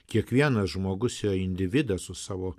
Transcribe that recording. kiekvienas žmogus yra individas su savo